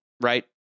right